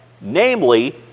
namely